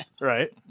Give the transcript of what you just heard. Right